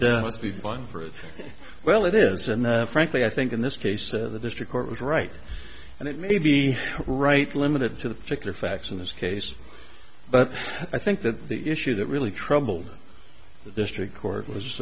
there must be one for it well it is and frankly i think in this case that the district court was right and it may be right limited to the particular facts in this case but i think that the issue that really troubled the district court was